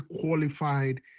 qualified